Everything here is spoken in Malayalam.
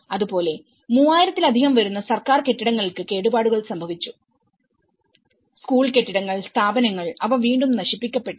അതുപോലെ 3000 ത്തിലധികം വരുന്ന സർക്കാർ കെട്ടിടങ്ങൾക്ക് കേടുപാടുകൾ സംഭവിച്ചു സ്കൂൾ കെട്ടിടങ്ങൾ സ്ഥാപനങ്ങൾ അവ വീണ്ടും നശിപ്പിക്കപ്പെട്ടു